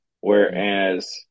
Whereas